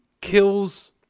kills